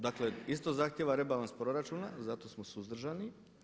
Dakle isto zahtijeva rebalans proračuna, zato smo suzdržani.